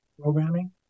programming